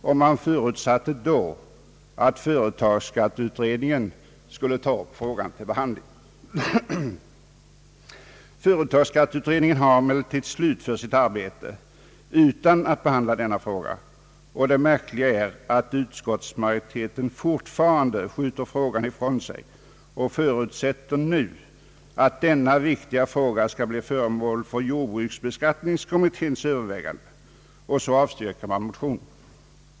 Utskottet förutsatte då att företagsskatteutredningen skulle taga upp frågan till behandling. Företagsskatteutredningen har emellertid slutfört sitt arbete utan att behandla denna fråga, och det märkliga är att utskottsmajoriteten fortfarande skjuter frågan ifrån sig. Nu förutsätter utskottet att denna viktiga fråga skall bli föremål för överväganden inom = jordbruksbeskattningskommittén, och så avstyrker man motionen.